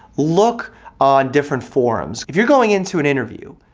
look on different forums. if you're going into an interview,